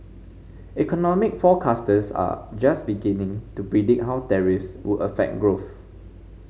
economic forecasters are just beginning to predict how tariffs would affect growth